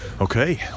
Okay